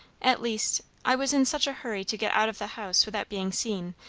at least i was in such a hurry to get out of the house without being seen,